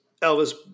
Elvis